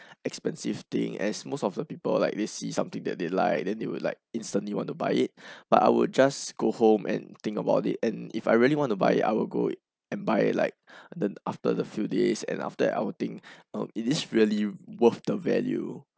expensive thing as most of the people like they see something that they like then they will like instantly want to buy it but I would just go home and think about and if I really want to buy I'll go and buy it like after the few days and after that I will think is this really worth the value